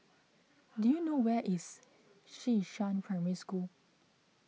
do you know where is Xishan Primary School